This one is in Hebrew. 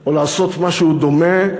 או לעשות משהו דומה.